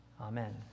amen